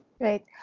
right